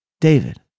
David